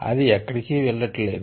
అది ఎక్కడికి వెళ్ళుట లేదు